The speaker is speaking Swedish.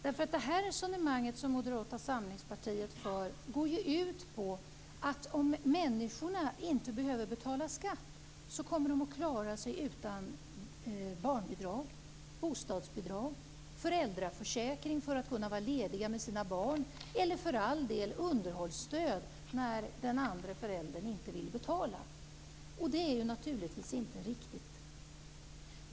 Det resonemang som Moderata samlingspartiet för går ju ut på att om människorna inte behöver betala skatt kommer de att klara sig utan barnbidrag, bostadsbidrag, föräldraförsäkring för att kunna vara lediga med sina barn eller för all del underhållsstöd när den andra föräldern inte vill betala. Det är naturligtvis inte riktigt.